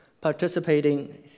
participating